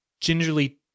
gingerly